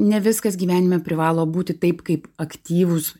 ne viskas gyvenime privalo būti taip kaip aktyvūs